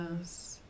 Yes